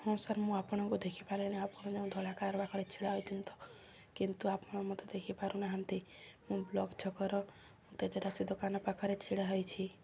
ହଁ ସାର୍ ମୁଁ ଆପଣଙ୍କୁ ଦେଖିପାରିଲିଣି ଆପଣ ଯେଉଁ ଧଳାକାର ପାଖରେ ଛିଡ଼ା ହୋଇଛନ୍ତି ତ କିନ୍ତୁ ଆପଣ ମୋତେ ଦେଖିପାରୁନାହାନ୍ତି ମୁଁ ବ୍ଲକ୍ ଛକର ତେଜରାଶି ଦୋକାନ ପାଖରେ ଛିଡ଼ା ହୋଇଛି